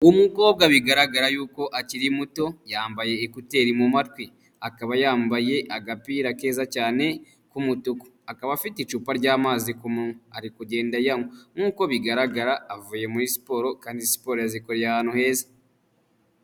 Umukobwa bigaragara y'uko akiri muto yambaye ekuteri mu matwi, akaba yambaye agapira keza cyane k'umutuku, akaba afite icupa ry'amazi ku munwa, ari kugenda ayanywa, nk'uko bigaragara avuye muri siporo kandi siporo azikoreye ahantu heza.